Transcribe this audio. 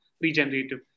regenerative